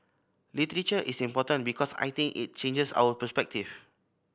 literature is important because I think it changes our perspective